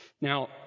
Now